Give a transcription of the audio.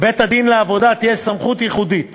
לבית-הדין לעבודה תהיה סמכות ייחודית